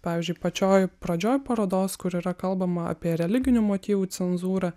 pavyzdžiui pačioj pradžioj parodos kur yra kalbama apie religinių motyvų cenzūrą